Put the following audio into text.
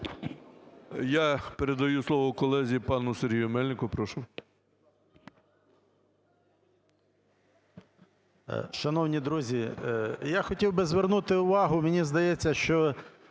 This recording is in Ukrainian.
Я передаю слово колезі пані Сергію Мельнику.